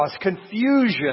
confusion